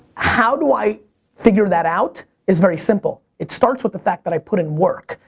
how do i figure that out, is very simple. it starts with the fact that i put in work.